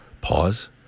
pause